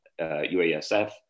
UASF